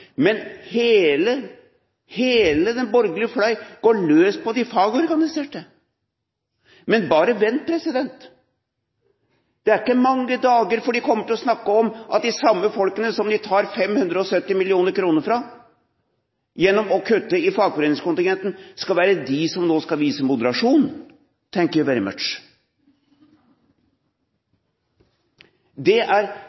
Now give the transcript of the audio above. men hele den borgerlige fløy går løs på de fagorganiserte. Men bare vent! Det er ikke mange dager før de kommer til å snakke om at de samme folkene som de tar 570 mill. kr fra, ved å kutte i fagforeningskontingenten, skal være de som nå skal vise moderasjon. Thank you very much! Det er